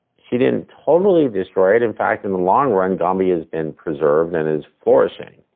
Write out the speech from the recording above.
she didn't totally destroy it. in fact, in the long run, gombe has been preserved and is flourishing,